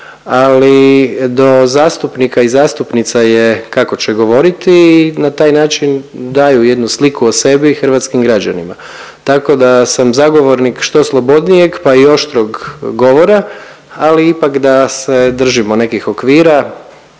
ali do zastupnika i zastupnica je kako će govoriti i na taj način daju jednu sliku o sebi i hrvatskim građanima. Tako da sam zagovornik što slobodnijeg pa i oštrog govora, ali ipak da se držimo nekih okvira,